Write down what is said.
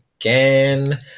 again